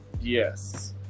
Yes